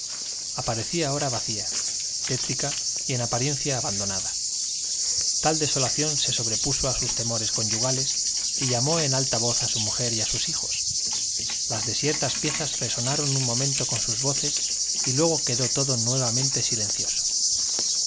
aparecía ahora vacía tétrica y en apariencia abandonada tal desolación se sobrepuso a sus temores conyugales y llamó en alta voz a su mujer y a sus hijos las desiertas piezas resonaron un momento con sus voces y luego quedó todo nuevamente silencioso